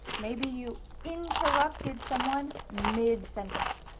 maybe you interrupted someone mid-sentence.